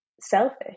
selfish